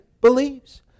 believes